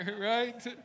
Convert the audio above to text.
right